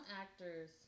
actors